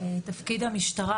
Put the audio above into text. תפקיד המשטרה,